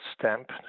stamp